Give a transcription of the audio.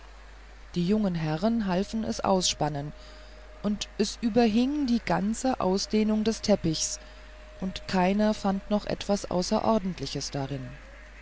die jungen herren halfen es ausspannen und es überhing die ganze ausdehnung des teppichs und keiner fand noch etwas außerordentliches darin